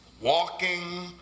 walking